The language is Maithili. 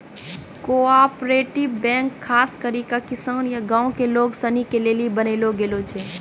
कोआपरेटिव बैंक खास करी के किसान या गांव के लोग सनी के लेली बनैलो गेलो छै